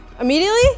Immediately